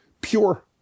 Pure